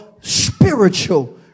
spiritual